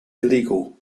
illegal